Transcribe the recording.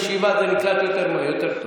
בישיבה זה נקלט יותר טוב.